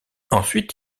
ensuite